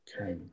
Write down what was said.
okay